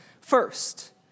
First